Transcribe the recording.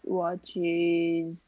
watches